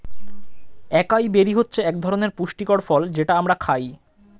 একাই বেরি হচ্ছে একধরনের পুষ্টিকর ফল যেটা আমরা খাই